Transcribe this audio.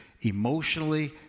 emotionally